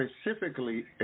specifically